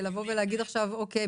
לבוא ולהגיד עכשיו אוקיי,